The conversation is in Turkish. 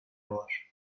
var